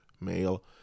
male